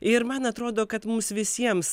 ir man atrodo kad mums visiems